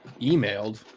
emailed